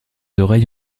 oreilles